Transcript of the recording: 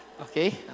Okay